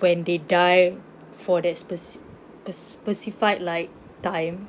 when they die for that speci~ perci~ specified like time